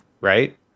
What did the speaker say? right